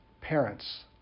parents